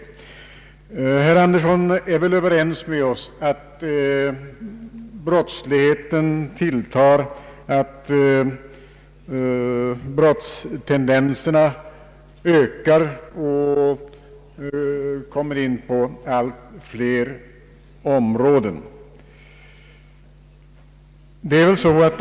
Herr Birger Andersson är väl överens med oss om att brottsligheten tilltar och brottstendenserna ökar och kommer in på allt flera områden.